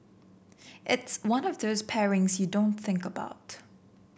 it's one of those pairings you don't think about